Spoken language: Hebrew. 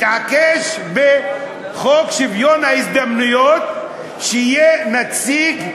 מתעקש בחוק שוויון ההזדמנויות שיהיה נציג,